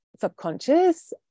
subconscious